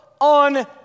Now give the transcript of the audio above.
on